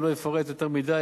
אני לא אפרט יותר מדי,